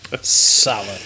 Solid